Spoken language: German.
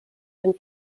dem